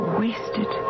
wasted